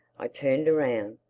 i turned around.